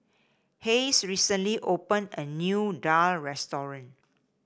Hayes recently opened a new daal restaurant